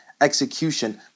execution